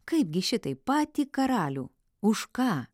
kaipgi šitaip patį karalių už ką